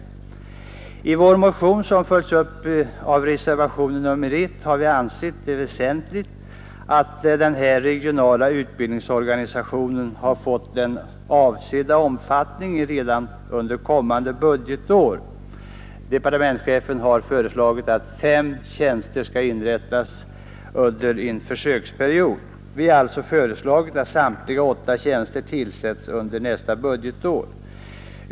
I vår motion, som följts upp av reservationen 1, har vi framhållit att det är väsentligt att den här regionala utbildningsorganisationen får den avsedda omfattningen redan under kommande budgetår. Departementschefen har föreslagit att fem tjänster skall inrättas under en försöksperiod; vi har alltså föreslagit att samtliga åtta tjänster tillsätts under nästa budgetår.